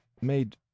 made